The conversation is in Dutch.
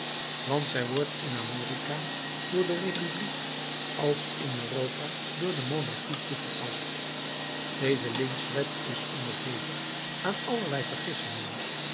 want zij wordt zoowel in amerika door de republiek als in europa door de monarchie toegepast deze lynchwet is onderhevig aan allerlei vergissingen